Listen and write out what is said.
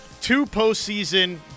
two-postseason